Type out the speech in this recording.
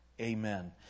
amen